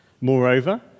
Moreover